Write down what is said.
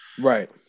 Right